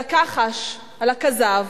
על הכחש, על הכזב